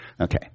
Okay